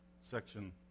section